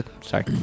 Sorry